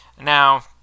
Now